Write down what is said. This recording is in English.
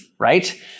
right